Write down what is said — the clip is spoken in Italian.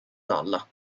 dalla